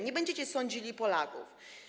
Nie będziecie sądzili Polaków.